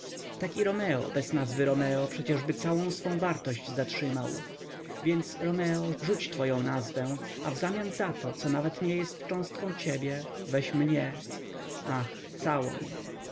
tak i romeo bez nazwy romeo przecieżby całą swą wartość zatrzymał więc romeo rzuć twoję nazwę a wzamian za to co nawet nie jest cząstką ciebie weź mnie ach całą